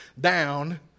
down